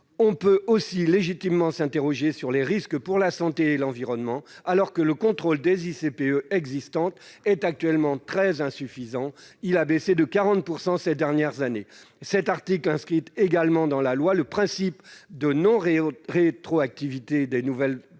On peut aussi légitimement s'interroger sur les risques pour la santé et l'environnement, alors que le contrôle des ICPE existantes est actuellement très insuffisant : il a été réduit de 40 % ces dernières années. Cet article inscrit également dans la loi le principe de non-rétroactivité des nouvelles prescriptions